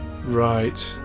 Right